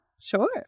Sure